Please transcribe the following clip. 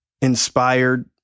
inspired